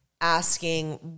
asking